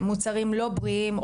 מוצרים לא בריאים,